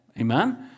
Amen